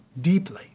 deeply